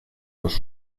los